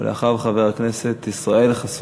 אחריו, חבר הכנסת ישראל חסון.